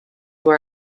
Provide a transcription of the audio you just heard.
were